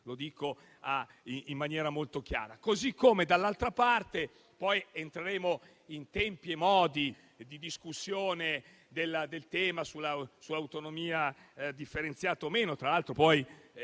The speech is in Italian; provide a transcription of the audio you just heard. Lo dico in maniera molto chiara.